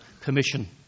commission